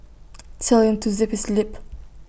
tell him to zip his lip